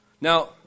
Now